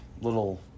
little